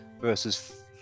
versus